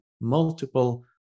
multiple